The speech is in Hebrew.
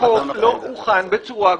החוק הוכן בצורה גרועה.